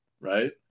right